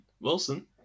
Wilson